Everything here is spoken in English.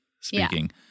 speaking